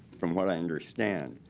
from what i understand,